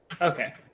Okay